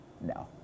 No